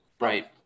Right